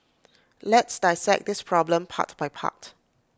let's dissect this problem part by part